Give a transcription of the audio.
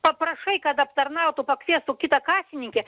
paprašai kad aptarnautų pakviestų kitą kasininkę